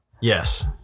Yes